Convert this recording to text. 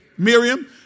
Miriam